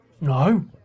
No